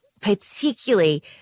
particularly